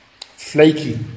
flaky